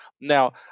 Now